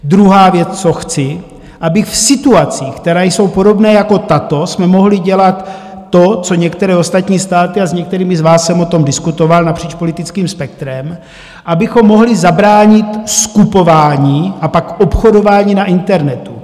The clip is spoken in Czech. Druhá věc, co chci, aby v situacích, které jsou podobné jako tato, jsme mohli dělat to, co některé ostatní státy, a s některými z vás jsem o tom diskutoval napříč politickým spektrem, abychom mohli zabránit skupování a pak obchodování na internetu.